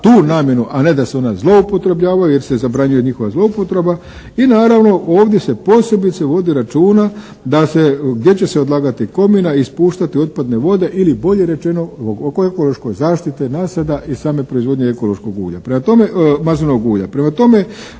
tu namjenu a ne da se ona zloupotrebljavaju jer se zabranjuje njihova zloupotreba. I naravno ovdje se posebice vodi računa da se, gdje će se odlagati komina, ispuštati otpadne vode ili bolje rečeno oko ekološke zaštite nasada i same proizvodnje ekološkog ulja, maslinovog